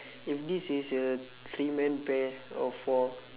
if this is a three man pair or four